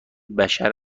بشر